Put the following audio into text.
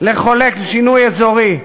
לחולל שינוי אזורי,